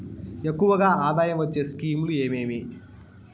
ఎక్కువగా ఆదాయం వచ్చే స్కీమ్ లు ఏమేమీ?